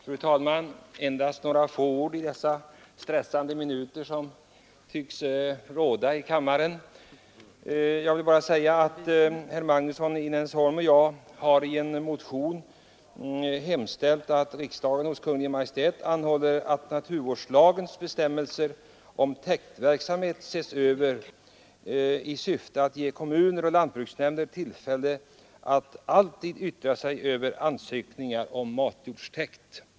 Fru talman! Endast några få ord i den stress som tycks råda i kammaren under dessa minuter! Herr Magnusson i Nennesholm och jag har i en motion hemställt att riksdagen hos Kungl. Maj:t anhåller att naturvårdslagens bestämmelser på täktverksamhet ses över i syfte att ge kommuner och lantbruksnämnder tillfälle att alltid yttra sig över ansökningar om matjordstäkt.